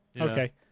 okay